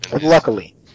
Luckily